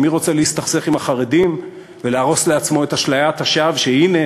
כי מי רוצה להסתכסך עם החרדים ולהרוס לעצמו את אשליית השווא שהנה,